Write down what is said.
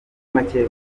make